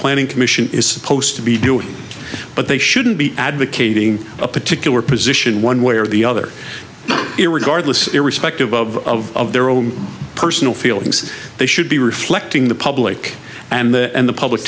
planning commission is supposed to be doing but they shouldn't be advocating a particular position one way or the other irregardless irrespective of their own personal feelings they should be reflecting the public and the and the public